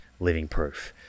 livingproof